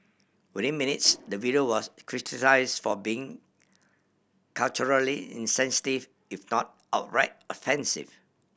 within minutes the video was criticise for being culturally insensitive if not outright offensive